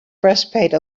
breastplate